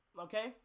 Okay